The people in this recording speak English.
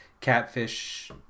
catfish